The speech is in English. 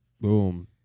Boom